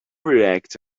react